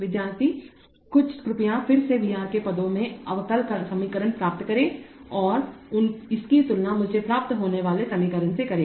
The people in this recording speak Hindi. विद्यार्थी कृपया फिर से VR के पदों में अवकल समीकरण प्राप्त करें और इसकी तुलना मुझे प्राप्त होने वाले समीकरण से करें